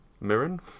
Mirren